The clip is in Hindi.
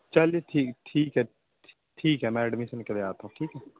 चलिए ठीक ठीक है ठीक है मैं एडमिशन के लिए आता हूँ ठीक है